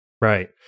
Right